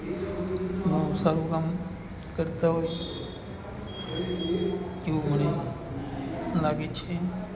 ઘણું સારું કામ કરતાં હોય એવું મને લાગે છે